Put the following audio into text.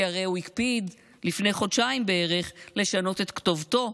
כי הרי הוא הקפיד לפני חודשיים בערך לשנות את כתובתו.